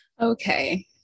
okay